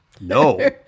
no